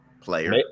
player